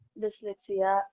dyslexia